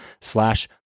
slash